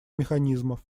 механизмов